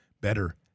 better